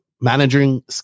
managing